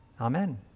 Amen